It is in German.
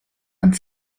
und